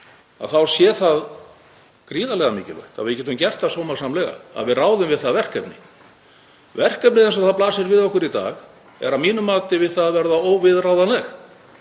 þá sé gríðarlega mikilvægt að við getum gert það sómasamlega, að við ráðum við verkefnið. Verkefnið eins og það blasir við okkur í dag er að mínu mati við það að verða óviðráðanlegt.